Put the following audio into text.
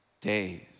days